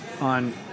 On